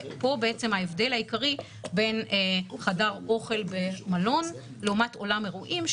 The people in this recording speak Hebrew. ופה בעצם ההבדל העיקרי בין חדר אוכל במלון לעומת אולם אירועים,